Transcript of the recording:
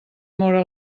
móra